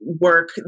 work